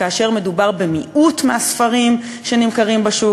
כאשר מדובר במיעוט מהספרים שנמכרים בשוק,